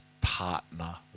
partner